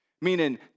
meaning